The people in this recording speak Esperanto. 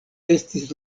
estis